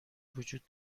وجود